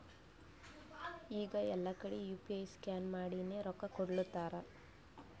ಈಗ ಎಲ್ಲಾ ಕಡಿ ಯು ಪಿ ಐ ಸ್ಕ್ಯಾನ್ ಮಾಡಿನೇ ರೊಕ್ಕಾ ಕೊಡ್ಲಾತಾರ್